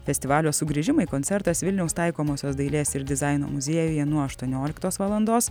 festivalio sugrįžimai koncertas vilniaus taikomosios dailės ir dizaino muziejuje nuo aštuonioliktos valandos